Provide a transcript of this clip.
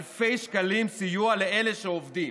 אלפי שקלים סיוע לאלה שעובדים.